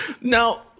Now